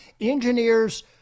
engineers